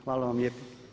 Hvala vam lijepa.